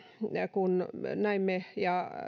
kun näimme ja